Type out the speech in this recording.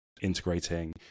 integrating